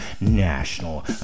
national